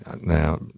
now